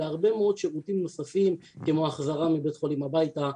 להרבה מאוד שירותים נוספים כמו החזרה מבית החולים הביתה,